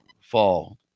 fall